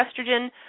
estrogen